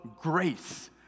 grace